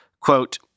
Quote